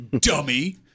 Dummy